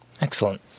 Excellent